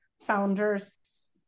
founders